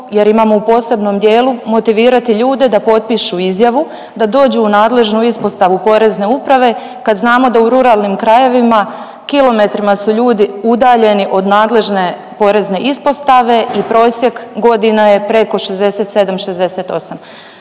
jer imamo u posebno dijelu, motivirati ljude da potpišu izjavu da dođu u nadležnu ispostavu Porezne uprave kad znamo da u ruralnim krajevima kilometrima su ljudi udaljeni od nadležne porezne ispostave i prosjek godina je preko 67, 68?